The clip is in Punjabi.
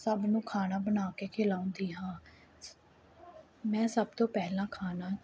ਸਭ ਨੂੰ ਖਾਣਾ ਬਣਾ ਕੇ ਖਿਲਾਉਂਦੀ ਹਾਂ ਮੈਂ ਸਭ ਤੋਂ ਪਹਿਲਾਂ ਖਾਣਾ